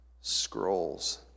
scrolls